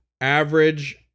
average